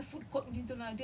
that's basically a food court